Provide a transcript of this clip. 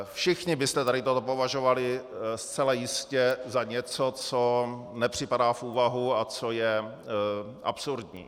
Všichni byste tady toto považovali zcela jistě za něco, co nepřipadá v úvahu a co je absurdní.